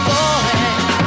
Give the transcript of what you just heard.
Boy